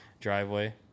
driveway